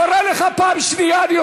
קורא אותך פעם שנייה.